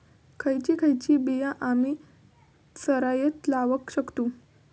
खयची खयची बिया आम्ही सरायत लावक शकतु?